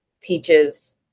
teaches